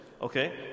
Okay